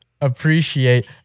appreciate